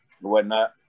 whatnot